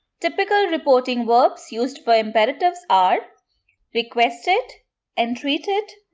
typical reporting verbs used for imperatives are requested entreated,